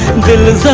goodness ah